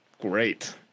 great